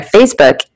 Facebook